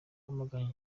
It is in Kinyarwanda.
bwamaganye